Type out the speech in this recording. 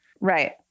Right